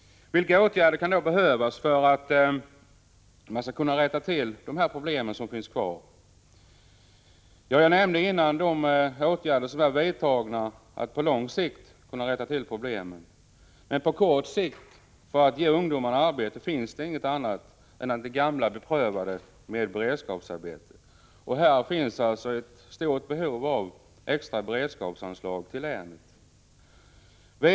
Vilka åtgärder kan då behövas för att man skall kunna lösa de problem som finns? Jag nämnde de åtgärder som har vidtagits för att på lång sikt lösa problemen. Men på kort sikt finns det ingen annan möjlighet att ge ungdomarna arbete än att ta till det gamla beprövade medlet beredskapsarbete. Här finns alltså ett stort behov av extra beredskapsanslag till länet.